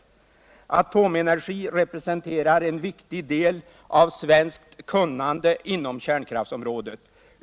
Atomenergi representerar en viktig del av svenskt kunnande inom kärnkraftsområdet.